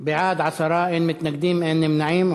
בעד, 10, אין מתנגדים, אין נמנעים.